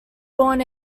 born